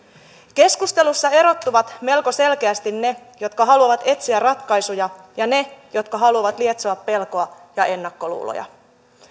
keskustelussa erottuvat melko selkeästi ne jotka haluavat etsiä ratkaisuja ja ne jotka haluavat lietsoa pelkoa ja ennakkoluuloja